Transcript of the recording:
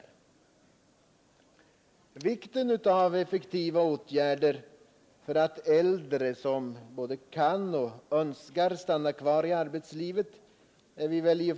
Om vikten av effektiva åtgärder för att möjliggöra för äldre arbetstagare att stanna kvar i arbetslivet, om de så kan och önskar, är vi väl överens.